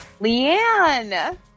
Leanne